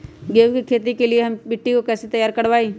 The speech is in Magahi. गेंहू की खेती के लिए हम मिट्टी के कैसे तैयार करवाई?